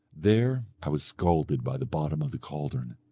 there i was scalded by the bottom of the caldron.